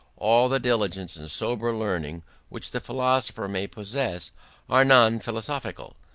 all the diligence and sober learning which the philosopher may possess are non-philosophical,